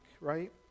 right